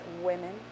women